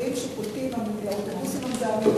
הרכבים שפולטים, עם האוטובוסים המזהמים,